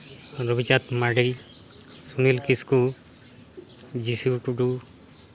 Robichand Mardi Sunil Kisku Jisu Tudu